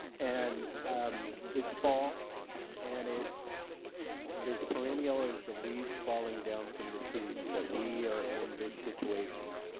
and um it's fall and it's as perennial as the leaves falling down from the trees that we are in this situation.